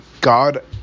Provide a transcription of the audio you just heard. God